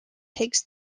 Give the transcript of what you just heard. takes